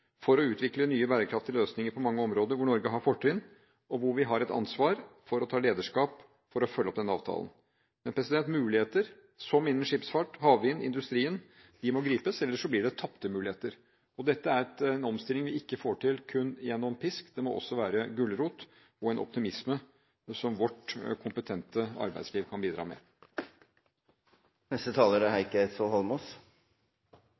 for å utvikle nye bærekraftige løsninger på mange områder hvor Norge har fortrinn, og hvor vi har et ansvar for å ta lederskap for å følge opp denne avtalen. Men muligheter – som innen skipsfart, havvind og industrien – må gripes, ellers blir det tapte muligheter. Dette er en omstilling vi ikke får til kun gjennom pisk, det må også være gulrot, og en optimisme som vårt kompetente arbeidsliv kan bidra med.